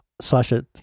Sasha